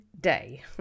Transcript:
day